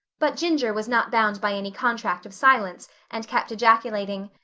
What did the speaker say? but ginger was not bound by any contract of silence and kept ejaculating,